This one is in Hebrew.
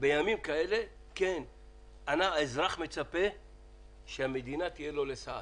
בימים כאלה האזרח מצפה שהמדינה תהיה לו לסעד.